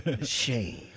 shame